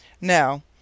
Now